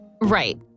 Right